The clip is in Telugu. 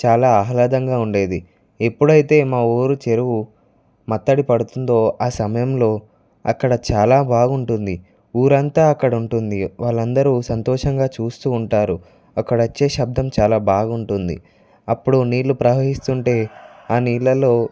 చాలా ఆహ్లాదంగా ఉండేది ఎప్పుడైతే మా ఊరు చెరువు మత్తడి పడుతుందో ఆసమయంలో అక్కడ చాలా బాగుంటుంది ఊరంతా అక్కడ ఉంటుంది వాళ్ళందరూ సంతోషంగా చూస్తూ ఉంటారు అక్కడ వచ్చే శబ్దం చాలా బాగుంటుంది అప్పుడు నీళ్ళు ప్రవహిస్తుంటే ఆ నీళ్ళలో